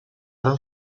арван